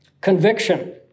Conviction